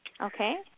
Okay